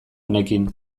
honekin